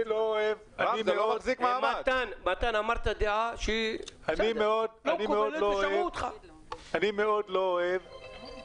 רם בן ברק (יש עתיד תל"ם): אני מאוד לא אוהב